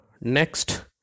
next